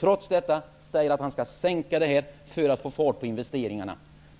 Trots det säger han att skatterna skall sänkas för att få fart på investeringarna.